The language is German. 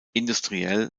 industriell